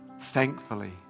thankfully